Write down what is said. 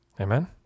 Amen